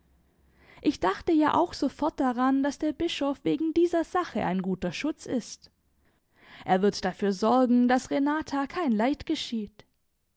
ich dachte ja auch sofort daran daß der bischof wegen dieser sache ein guter schutz ist er wird dafür sorgen daß renaten kein leid geschieht